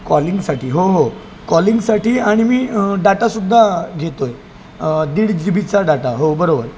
कॉलिंगसाठी हो हो कॉलिंगसाठी आणि मी डाटा सुद्धा घेतो आहे दीड जी बीचा डाटा हो बरोबर